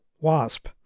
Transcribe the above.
wasp